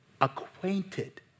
acquainted